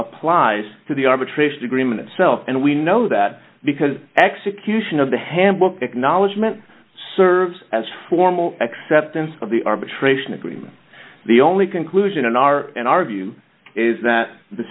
applies to the arbitration agreement itself and we know that because execution of the handbook acknowledgement serves as formal acceptance of the arbitration agreement the only conclusion in our in our view is that the